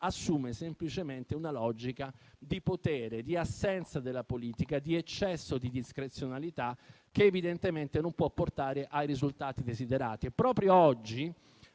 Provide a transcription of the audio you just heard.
assume semplicemente una logica di potere, di assenza della politica e di eccesso di discrezionalità, che evidentemente non può portare ai risultati desiderati.